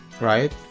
right